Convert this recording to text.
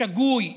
השגוי,